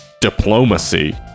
diplomacy